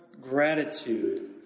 Gratitude